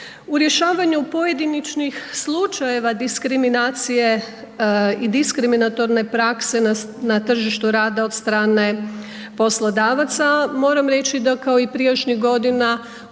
U rješavanju pojedinačnih slučajeva diskriminacije i diskriminatorne prakse na tržištu rada od strane poslodavaca, moram reći da kao prijašnjih godina,